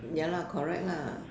ya lah correct lah